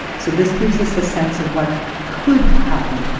so this gives us a sense of what could happen,